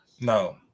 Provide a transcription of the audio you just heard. No